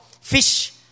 fish